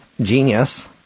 Genius